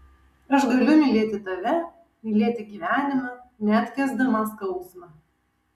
aš galiu mylėti tave mylėti gyvenimą net kęsdama skausmą